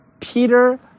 Peter